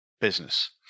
business